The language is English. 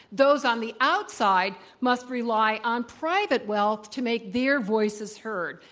those on the outside must rely on private wealth to make their voices heard.